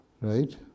right